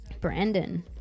Brandon